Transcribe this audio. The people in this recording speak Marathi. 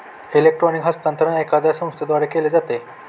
इलेक्ट्रॉनिक हस्तांतरण एखाद्या संस्थेद्वारे केले जाते